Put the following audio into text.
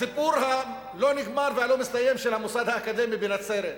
הסיפור הלא-נגמר והלא-מסתיים של המוסד האקדמי בנצרת,